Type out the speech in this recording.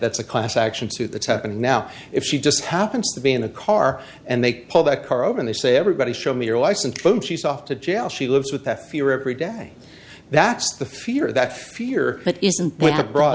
that's a class action suit that's happening now if she just happens to be in a car and they pull that car over and they say everybody show me your license she's off to jail she lives with that fear every day that's the fear that fear